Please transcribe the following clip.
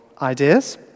ideas